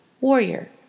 warrior